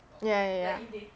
ya ya